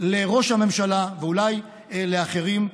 לראש הממשלה ואולי לאחרים,